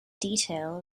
detail